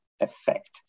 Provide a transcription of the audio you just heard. effect